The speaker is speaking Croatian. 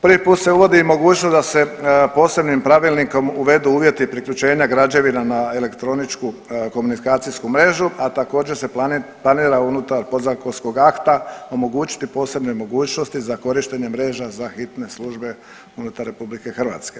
Prvi put se uvodi i mogućnost da se posebnim pravilnikom uvedu uvjeti priključenja građevina na elektroničku komunikacijsku mrežu, a također, se planira unutar podzakonskog akta omogućiti posebne mogućnosti za korištenje mreža za hitne službe unutar RH.